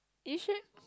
you should